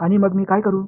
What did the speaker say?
आणि मग मी काय करू